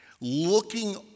Looking